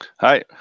Hi